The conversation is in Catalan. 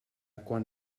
quan